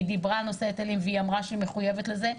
והיא אמרה שהיא מחויבת לזה,